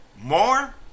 more